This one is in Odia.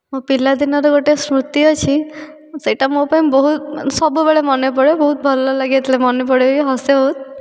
ମୋ ପିଲା ଦିନର ଗୋଟେ ସ୍ମୁତି ଅଛି ସେଟା ମୋ ପାଇଁ ବହୁତ ସବୁବେଳେ ମନେପଡ଼େ ବହୁତ ଭଲ ଲାଗେ ଯେତେବେଳେ ମନେପଡ଼େ ବି ହସେ ବହୁତ